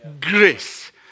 Grace